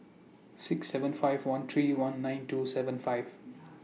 six seven five one three one nine two seven five